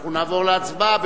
אנחנו נעבור להצבעה,